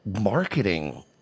marketing